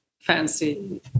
fancy